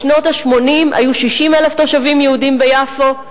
בשנות ה-80 היו 60,000 תושבים יהודים ביפו,